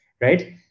right